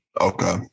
Okay